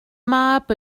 mab